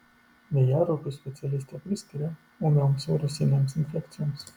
vėjaraupius specialistė priskiria ūmioms virusinėms infekcijoms